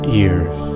ears